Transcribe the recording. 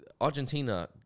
Argentina